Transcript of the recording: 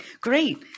great